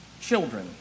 children